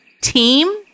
team